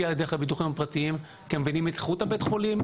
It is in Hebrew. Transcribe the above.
אליי דרך הביטוחים הפרטיים כי הם מבינים את איכות בית החולים,